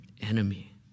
Enemy